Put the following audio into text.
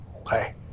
Okay